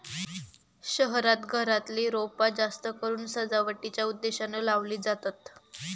शहरांत घरातली रोपा जास्तकरून सजावटीच्या उद्देशानं लावली जातत